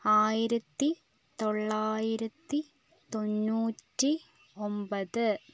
ആയിരത്തി തൊള്ളായിരത്തി തൊണ്ണൂറ്റി ഒൻപത്